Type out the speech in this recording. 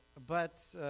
but